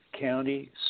county